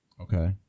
okay